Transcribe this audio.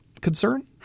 Concern